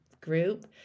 group